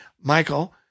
Michael